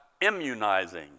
immunizing